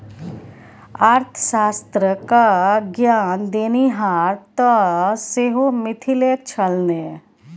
अर्थशास्त्र क ज्ञान देनिहार तँ सेहो मिथिलेक छल ने